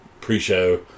pre-show